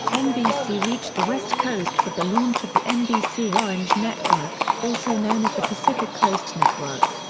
nbc reached the west coast with the launch of the nbc orange network, also known as the pacific coast network.